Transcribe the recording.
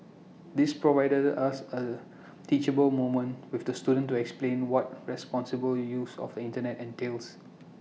this provided us A teachable moment with the student to explain what responsible use of the Internet entails